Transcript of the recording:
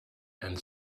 and